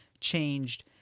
changed